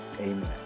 amen